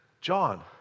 John